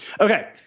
Okay